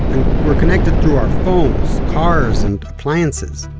and we're connected through our phones, cars, and appliances,